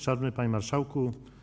Szanowny Panie Marszałku!